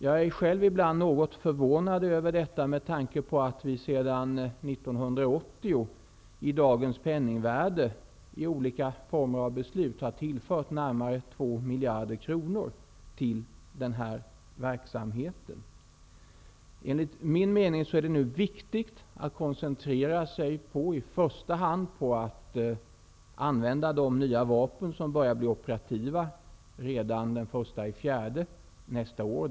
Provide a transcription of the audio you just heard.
Jag är själv ibland något förvånad över detta med tanke på att vi sedan 1980 genom olika beslut har tillfört denna verksamhet med dagens penningvärde närmare 2 Enligt min mening är det nu viktigt att i första hand koncentrera sig på att använda de nya vapen, som börjar bli operativa, redan den 1 april nästa år.